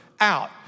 out